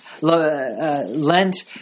Lent